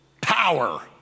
power